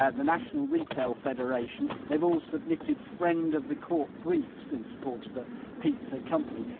ah the national retail federation they've all submitted friend of the court briefs in support of the pizza company.